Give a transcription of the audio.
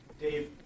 Dave